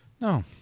no